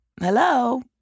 Hello